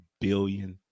billion